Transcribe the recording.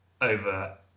over